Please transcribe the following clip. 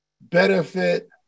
benefit